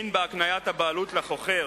אין בהקניית הבעלות לחוכר